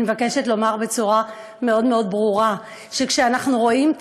אני מבקשת לומר בצורה מאוד ברורה שכשאנחנו רואים,